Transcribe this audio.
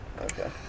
Okay